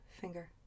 finger